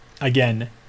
again